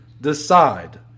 decide